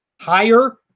Higher